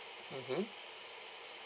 mmhmm